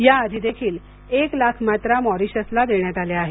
या आधी देखील एक लाख मात्रा मॉरिशसला देण्यात आल्या आहेत